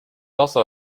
also